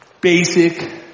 basic